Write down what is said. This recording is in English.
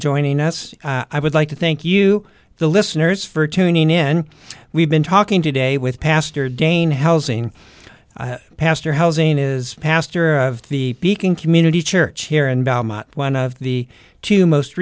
joining us i would like to thank you the listeners for tuning in we've been talking today with pastor dane housing pastor housing is pastor of the beacon community church here and one of the two most